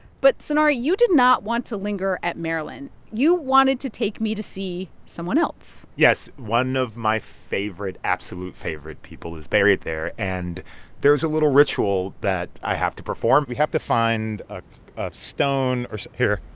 but, sonari, you did not want to linger at marilyn. you wanted to take me to see someone else yes, one of my favorite absolute favorite people is buried there. and there's a little ritual that i have to perform. we have to find ah a stone or here.